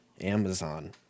Amazon